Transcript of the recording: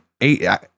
eight